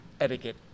etiquette